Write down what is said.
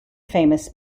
famous